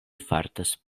fartas